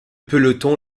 peloton